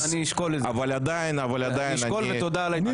אבל עדיין אני --- אני אשקול ותודה על ההתחשבות.